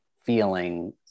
feeling